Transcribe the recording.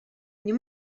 nie